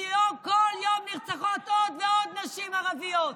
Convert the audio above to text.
הזאת, כי כל יום נרצחות עוד ועוד נשים ערביות.